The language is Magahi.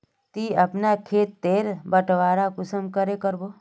ती अपना खेत तेर बटवारा कुंसम करे करबो?